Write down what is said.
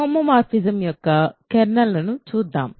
homomorphism యొక్క కెర్నల్ను చూద్దాం